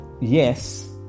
yes